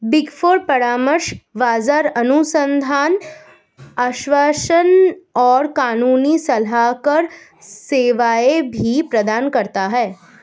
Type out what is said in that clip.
big four परामर्श, बाजार अनुसंधान, आश्वासन और कानूनी सलाहकार सेवाएं भी प्रदान करता है